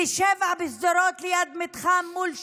ב-19:00 בשדרות ליד מתחם מול 7,